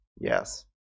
yes